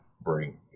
bring